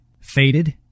Faded